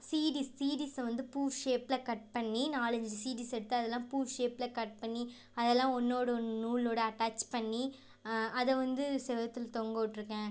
CDs சீடிஸ்ஸை வந்து பூ ஷேப்பில் கட் பண்ணி நாலஞ்சி சீடிஸ் எடுத்து அதெலாம் பூ ஷேப்பில் கட் பண்ணி அதெலாம் ஒன்றோடு ஒன் நூலோடய அட்டாச் பண்ணி அதை வந்து சுவுத்துல தொங்க விட்ருக்கேன்